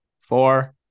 four